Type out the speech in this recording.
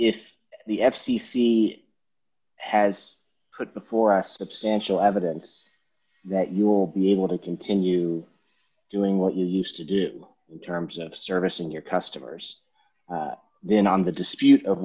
if the f c c has put before us substantial evidence that you will be able to continue doing what you used to do terms of servicing your customers then on the dispute of